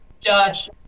Josh